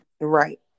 Right